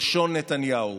כלשון נתניהו.